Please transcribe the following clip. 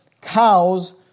cows